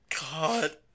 God